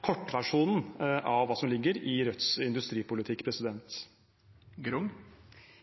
kortversjonen av hva som ligger i Rødts industripolitikk.